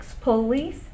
police